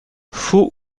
faux